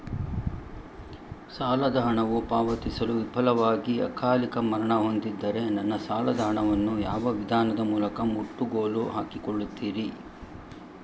ಸಾಲದ ಹಣವು ಪಾವತಿಸಲು ವಿಫಲವಾಗಿ ಅಕಾಲಿಕ ಮರಣ ಹೊಂದಿದ್ದರೆ ನನ್ನ ಸಾಲದ ಹಣವನ್ನು ಯಾವ ವಿಧಾನದ ಮೂಲಕ ಮುಟ್ಟುಗೋಲು ಹಾಕಿಕೊಳ್ಳುತೀರಿ?